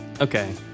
Okay